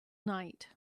night